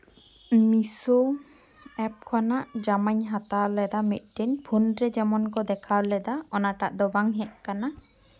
ᱢᱤᱥᱳ ᱮᱯ ᱠᱷᱚᱱᱟᱜ ᱡᱟᱢᱟᱧ ᱦᱟᱛᱟᱣ ᱞᱮᱫᱟ ᱢᱤᱫᱴᱮᱱ ᱯᱷᱳᱱ ᱨᱮ ᱡᱮᱢᱚᱱ ᱠᱚ ᱫᱮᱠᱷᱟᱣ ᱞᱮᱫᱟ ᱚᱱᱟᱴᱟᱜ ᱫᱚ ᱵᱟᱝ ᱦᱮᱡ ᱠᱟᱱᱟ